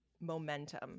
momentum